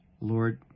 Lord